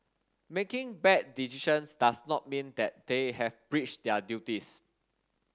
making bad decisions does not mean that they have breached their duties